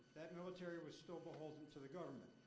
that military was still beholden to the government.